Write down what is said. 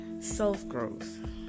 self-growth